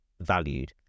valued